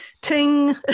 Ting